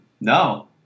no